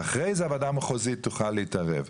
ואחרי זה הוועדה המחוזית תוכל להתערב.